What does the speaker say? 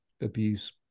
abuse